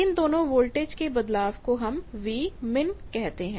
इन दोनों वोल्टेज के बदलाव को हम Vmin कहते हैं